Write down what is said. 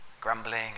grumbling